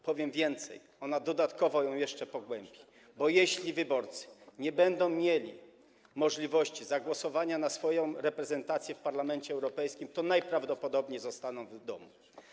Powiem więcej: ona dodatkowo to jeszcze pogłębi, bo jeśli wyborcy nie będą mieli możliwości zagłosowania na swoją reprezentację w Parlamencie Europejskim, to najprawdopodobniej zostaną w domu.